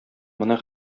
моны